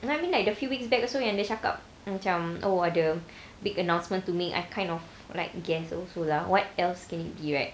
and I mean like the few weeks back also yang dia cakap macam oh ada the big announcement to make I kind of like guess also lah what else can it be right